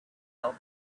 old